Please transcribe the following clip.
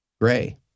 Gray